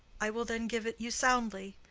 i will then give it you soundly.